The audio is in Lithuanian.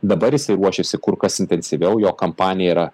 dabar jisai ruošiasi kur kas intensyviau jo kampanija yra